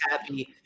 happy